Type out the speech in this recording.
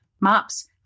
Mops